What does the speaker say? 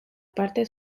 parte